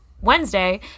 Wednesday